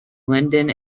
linden